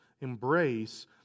embrace